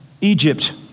Egypt